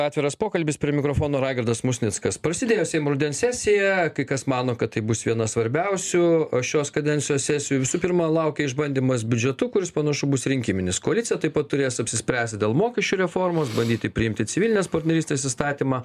atviras pokalbis prie mikrofono raigardas musnickas prasidėjo seimo rudens sesija kai kas mano kad tai bus viena svarbiausių šios kadencijos sesijų visų pirma laukia išbandymas biudžetu kuris panašu bus rinkiminis koalicija taip pat turės apsispręsti dėl mokesčių reformos bandyti priimti civilinės partnerystės įstatymą